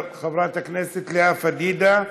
חברת הכנסת לאה פדידה,